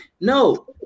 no